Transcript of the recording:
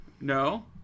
no